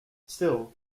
still